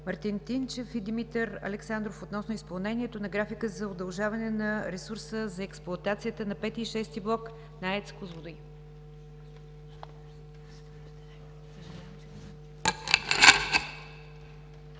Мартин Тинчев и Димитър Александров относно изпълнението на графика за удължаване на ресурса за експлоатацията на V и VІ блок на АЕЦ